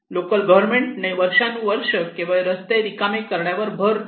local government ने वर्षानुवर्ष केवळ रस्ते रिकामे करण्यावर भर दिला